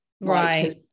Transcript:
right